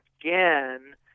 again